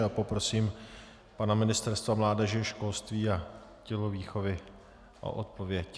A poprosím pana ministra mládeže, školství a tělovýchovy o odpověď.